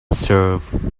serve